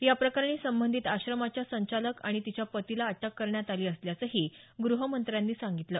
या प्रकरणी संबंधित आश्रमाच्या संचालक आणि तिच्या पतीला अटक करण्यात आली असल्याचंही ग्रहमंत्र्यांनी सांगितलं